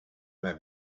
mij